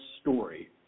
story